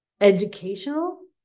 educational